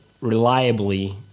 reliably